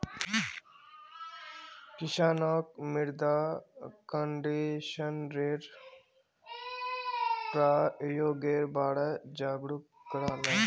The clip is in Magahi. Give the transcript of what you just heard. किसानक मृदा कंडीशनरेर प्रयोगेर बारे जागरूक कराले